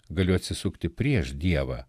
galėjo atsisukti prieš dievą